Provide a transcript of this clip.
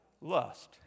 Lust